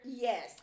Yes